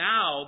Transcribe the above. Now